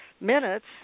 minutes